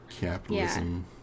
Capitalism